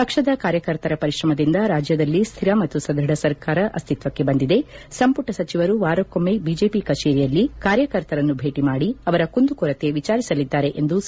ಪಕ್ಷದ ಕಾರ್ಯಕರ್ತರ ಪರಿಶ್ರಮದಿಂದ ರಾಜ್ಯದಲ್ಲಿ ಸೈರ ಮತ್ತು ಸದೃಢ ಸರ್ಕಾರ ಅಸ್ತಿತ್ವಕ್ಷೆ ಬಂದಿದೆ ಸಂಪುಟ ಸಚಿವರು ವಾರಕ್ಕೊಮ್ನೆ ಬಿಜೆಪಿ ಕಚೇರಿಯಲ್ಲಿ ಕಾರ್ಯಕರ್ತರನ್ನು ಭೇಟಿ ಮಾಡಿ ಅವರ ಕುಂದು ಕೊರತೆ ವಿಚಾರಿಸಲಿದ್ದಾರೆ ಎಂದು ಸಿ